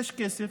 יש כסף,